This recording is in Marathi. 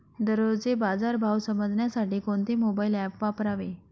दररोजचे बाजार भाव समजण्यासाठी कोणते मोबाईल ॲप वापरावे?